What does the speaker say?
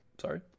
Sorry